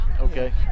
Okay